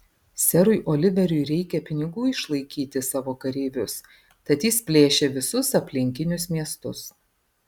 serui oliveriui reikia pinigų išlaikyti savo kareivius tad jis plėšia visus aplinkinius miestus